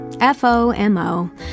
F-O-M-O